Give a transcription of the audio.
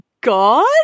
God